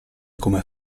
come